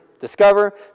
discover